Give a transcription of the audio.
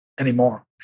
anymore